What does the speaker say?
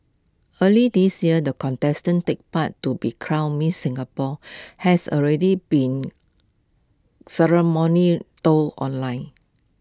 early this year the contestants take part to be crowned miss Singapore has already been ceremony trolled online